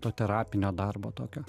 to terapinio darbo tokio